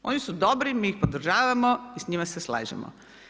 Oni su dobri, mi ih podržavamo i s njima se slažemo.